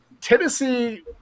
Tennessee